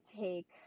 take